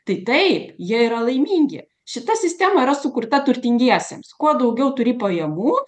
tai taip jie yra laimingi šita sistema yra sukurta turtingiesiems kuo daugiau turi pajamų